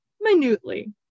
Minutely